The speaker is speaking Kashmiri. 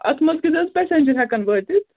اَتھ منٛز کٔژ حظ پیٚسنٛجر ہٮ۪کَن وٲتِتھ